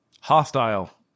hostile